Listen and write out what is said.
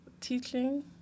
teaching